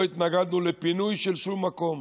לא התנגדנו לפינוי של שום מקום.